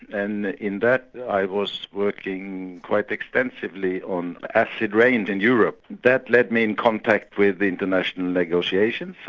and in that i was working quite extensively on acid rain in europe. that led me in contact with international negotiations,